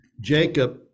Jacob